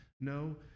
no